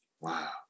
wow